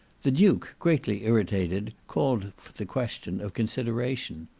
the duke, greatly irritated, called for the question of consideration.